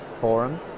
forum